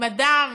אם אדם